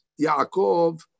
Yaakov